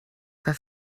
war